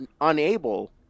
unable